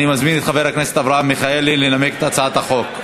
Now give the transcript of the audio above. אני מזמין את חבר הכנסת אברהם מיכאלי לנמק את הצעת החוק.